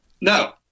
No